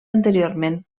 anteriorment